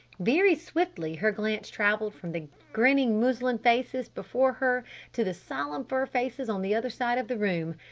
very swiftly her glance traveled from the grinning muslin faces before her to the solemn fur faces on the other side of the room.